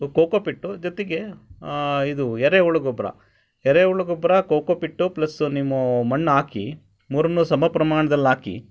kho kho peat ಜೊತೆಗೆ ಇದು ಎರೆಹುಳು ಗೊಬ್ಬರ ಎರೆಹುಳು ಗೊಬ್ಬರ ಕೋಕೋ ಪಿಟ್ಟು ಪ್ಲಸ್ಸು ನಿಮ್ಮ ಮಣ್ಣು ಹಾಕಿ ಮೂರನ್ನೂ ಸಮ ಪ್ರಮಾಣ್ದಲ್ಲಿ ಹಾಕಿ